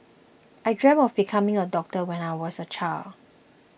I dreamt of becoming a doctor when I was a child